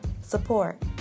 support